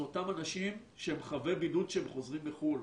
אותם אנשים שהם חבי בידוד שהם חוזרים מחו"ל,